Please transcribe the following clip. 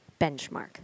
benchmark